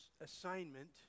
assignment